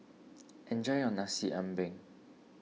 enjoy your Nasi Ambeng